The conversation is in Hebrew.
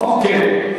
אוקיי.